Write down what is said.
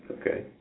Okay